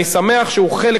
אני שמח שהוא חלק,